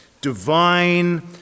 divine